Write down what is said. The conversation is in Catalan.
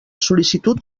sol·licitud